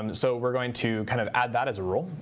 um so we're going to kind of add that as a rule.